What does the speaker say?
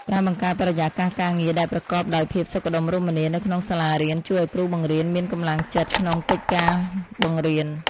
ការបង្កើតបរិយាកាសការងារដែលប្រកបដោយភាពសុខដុមរមនានៅក្នុងសាលារៀនជួយឱ្យគ្រូបង្រៀនមានកម្លាំងចិត្តក្នុងកិច្ចការបង្រៀន។